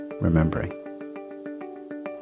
remembering